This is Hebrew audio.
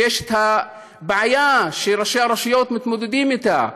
ויש הבעיה שראשי הרשויות מתמודדים איתה: